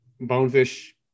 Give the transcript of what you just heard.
bonefish